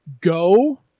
go